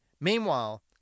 Meanwhile